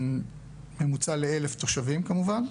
ממוצע ל-1,000 תושבים, כמובן.